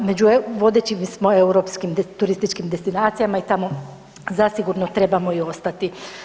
Među vodećim smo europskim turističkim destinacijama i tamo zasigurno trebamo i ostati.